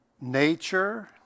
nature